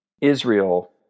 Israel